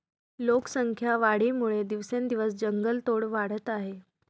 लोकसंख्या वाढीमुळे दिवसेंदिवस जंगलतोड वाढत आहे